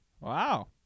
Wow